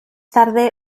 tarde